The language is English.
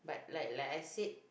like like I say